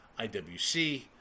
IWC